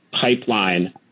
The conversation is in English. pipeline